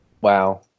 Wow